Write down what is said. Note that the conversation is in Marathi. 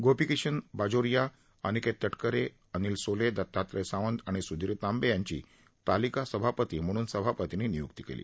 गोपिकीशन बाजोरिया अनिकेत तटकरे अनिल सोले दतात्रय सावंत आणि सुधीर तांबे यांची तालिका सभापती म्हणून सभापतींनी नियुक्ती केली